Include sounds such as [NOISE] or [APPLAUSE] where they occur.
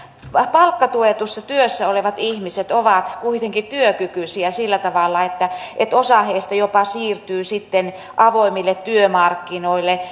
palkkatuetussa työssä olevat ihmiset ovat kuitenkin työkykyisiä sillä tavalla että että osa heistä jopa siirtyy avoimille työmarkkinoille [UNINTELLIGIBLE]